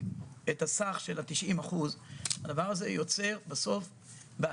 זאת אומרת,